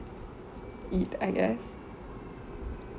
eat I guess